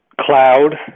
cloud